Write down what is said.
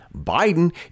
Biden